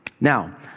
Now